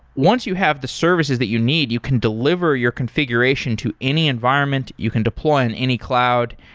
once you have the services that you need, you can delivery your configuration to any environment, you can deploy on any cloud,